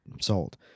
sold